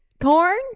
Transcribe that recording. Corn